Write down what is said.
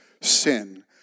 sin